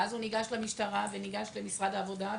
ואז הוא ניגש למשטרה ולמשרד העבודה,